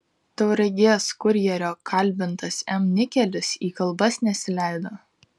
tauragės kurjerio kalbintas m nikelis į kalbas nesileido